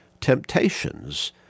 Temptations